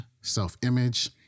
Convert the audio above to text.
self-image